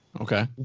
Okay